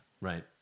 Right